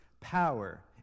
power